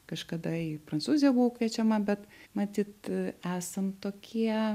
kažkada į prancūziją buvau kviečiama bet matyt esam tokie